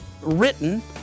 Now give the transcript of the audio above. written